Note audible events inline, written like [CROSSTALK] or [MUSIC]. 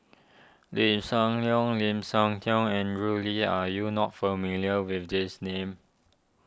Lim Siah [UNINTELLIGIBLE] Lim Siah Tong Andrew Lee are you not familiar with these names